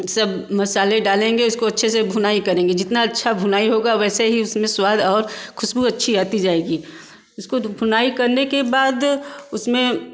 सब मसाले डालेंगे उसको अच्छे से भुनाई करेंगे जितना अच्छा भुनाई होगा वैसे ही उसमें स्वाद और ख़ुशबू अच्छी आती जाएगी उसको भुनाई करने के बाद उसमें